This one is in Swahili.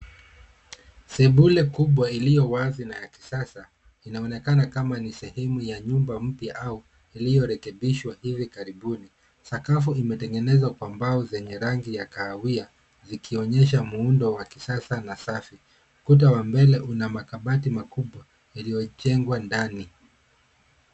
Sebule kubwa iliyo wazi na ya kisasa, inaonekana kama ni sehemu ya nyumba mpya au iliyorekebishwa hivi karibuni. Sakafu imetengeneza kwa mbao zenye rangi ya kahawia zikionyesha muundo wa kisasa na safi. Kuta wa mbele una makabati makubwa yaliyojengwa ndani.